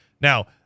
Now